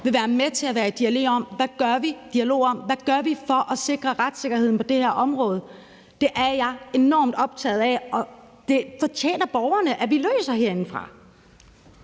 vil være med til at være i dialog om, hvad vi gør for at sikre retssikkerheden på det her område. Det er jeg enormt optaget af, og det fortjener borgerne at vi løser herindefra.